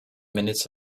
minutes